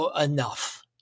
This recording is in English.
enough